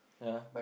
yeah